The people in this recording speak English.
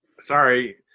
Sorry